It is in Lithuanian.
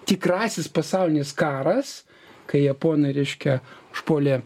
tikrasis pasaulinis karas kai japonai reiškia užpuolė